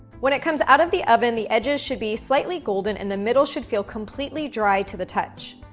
when it comes out of the oven, the edges should be slightly golden and the middle should feel completely dry to the touch.